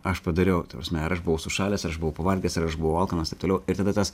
aš padariau ta prasme ar aš buvau sušalęs ar aš buvau pavargęs ar aš buvau alkanas taip toliau ir tada tas